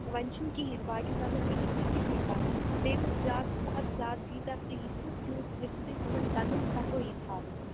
وۅنۍ چھُنہٕ کِہیٖنٛۍ باقِین دَنٛدن پیٚیہِ نہٕ کٕہٕںٛۍ فرق بیٚیہِ گوٚو زیادٕ کھۄتہٕ زیادٕ ییٖتیٛاہ تہِ ییٚژھِو تیٛوٗت گٔژھِو تُہۍ یِمن دَنٛدن صفٲئی تھاوٕنۍ